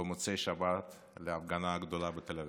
במוצאי שבת להפגנה הגדולה בתל אביב.